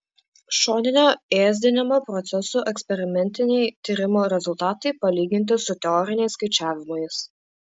šoninio ėsdinimo procesų eksperimentiniai tyrimų rezultatai palyginti su teoriniais skaičiavimais